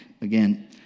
again